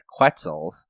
quetzals